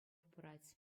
пырать